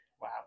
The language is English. Wow